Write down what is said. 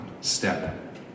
step